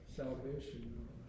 salvation